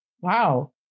Wow